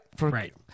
Right